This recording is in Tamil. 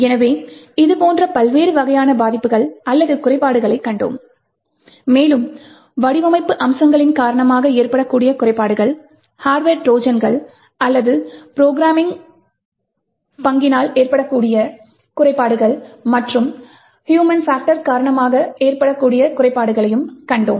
எனவே இதுபோன்ற பல்வேறு வகையான பாதிப்புகள் அல்லது குறைபாடுகளை கண்டோம் மேலும் வடிவமைப்பு அம்சங்களின் காரணமாக ஏற்படக்கூடும் குறைபாடுகள் ஹார்ட்வர் ட்ரோஜான்கள் அல்லது ப்ரோக்ராமிங் பக்கினால் ஏற்படக்கூடும் குறைபாடுகள் மற்றும் ஹியூமன் பாக்டரினால் ஏற்படக்கூடும் குறைபாடுகளையும் கண்டோம்